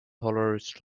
hollered